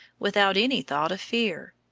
without any thought of fear.